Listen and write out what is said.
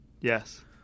Yes